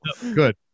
Good